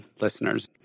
listeners